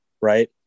right